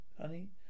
honey